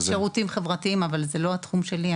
אני מניחה שזה במחלקה לשירותים חברתיים אבל זה לא התחום שלי.